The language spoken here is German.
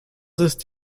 ist